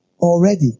already